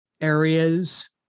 areas